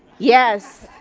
yes.